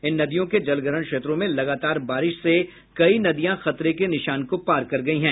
इन नदियों के जलग्रहण क्षेत्रों में लगातार बारिश से कई नदियां खतरे के निशान को पार कर गयी हैं